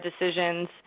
decisions